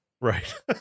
Right